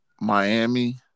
Miami